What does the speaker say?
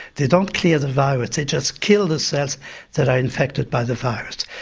they don't clear the virus they just kill the cells that are infected by the virus.